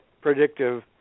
predictive